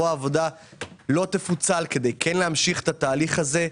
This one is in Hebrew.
העבודה לא תפוצל כדי להמשיך את התהליך הזה.